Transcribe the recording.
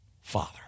Father